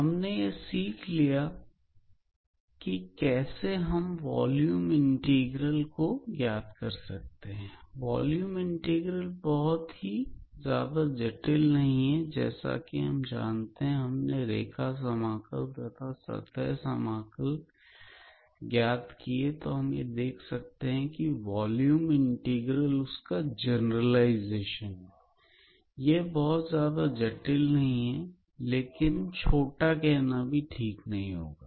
हमने यह सीख लिया है की कैसे हम वॉल्यूम इंटीग्रल को ज्ञात कर सकते हैं वॉल्यूम इंटीग्रल बहुत ज्यादा जटिल नहीं है जैसा कि हम जानते हैं हमने रेखा समाकल तथा सतह सम कल ज्ञात किए तो हम यह देख सकते हैं की वॉल्यूम इंटीग्रल उसका जनरलाइजेशन है यह बहुत ज्यादा जटिल नहीं है लेकिन छोटा कहना ठीक नहीं होगा